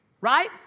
Right